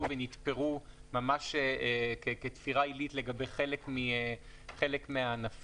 ונתפרו ממש כתפירה עילית לגבי חלק מהענפים.